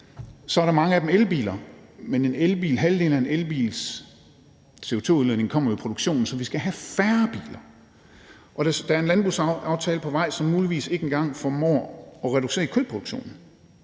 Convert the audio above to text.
vist er mange af dem elbiler, men halvdelen af en elbils CO2-udledning kommer jo i produktionen, så vi skal have færre biler; og der er en landbrugsaftale på vej, som muligvis ikke engang formår at reducere kødproduktionen.